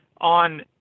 on